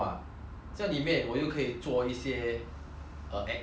uh action 做一些 um 东西